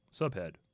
Subhead